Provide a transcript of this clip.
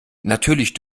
natürlich